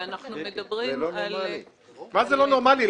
ואנחנו מדברים על --- מה לא נורמלי?